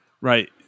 Right